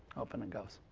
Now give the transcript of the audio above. open it goes.